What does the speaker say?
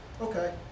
okay